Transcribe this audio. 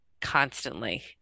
constantly